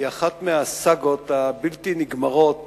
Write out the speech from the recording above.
היא אחת מהסאגות הבלתי-נגמרות